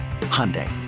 Hyundai